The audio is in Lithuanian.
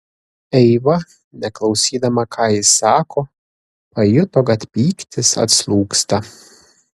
eiva neklausydama ką jis sako pajuto kad pyktis atslūgsta